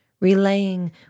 Relaying